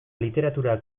literatura